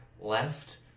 Left